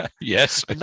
Yes